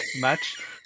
match